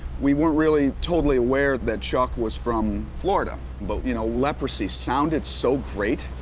we weren't really totally aware that chuck was from florida, but you know leprosy sounded so great,